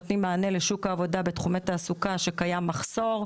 נותנים מענה לשוק העבודה בתחומי תעסוקה כשקיים מחסור,